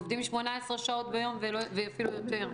הם עובדים 18 שעות ביום ואפילו יותר.